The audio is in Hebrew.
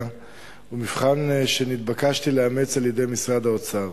הוא מבחן שהתבקשתי לאמץ על-ידי משרד האוצר